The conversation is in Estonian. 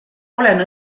olen